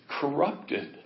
corrupted